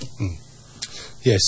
Yes